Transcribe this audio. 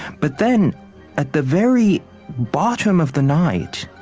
but then at the very bottom of the night,